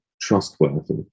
trustworthy